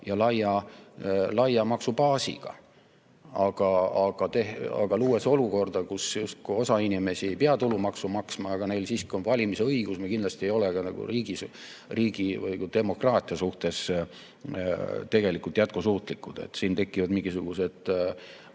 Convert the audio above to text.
ja laia maksubaasiga. Aga kui me loome olukorra, kus justkui osa inimesi ei pea tulumaksu maksma, aga neil siiski on valimisõigus, siis me kindlasti ei ole ka riigi või demokraatia suhtes tegelikult jätkusuutlikud. Siin tekivad mingisugused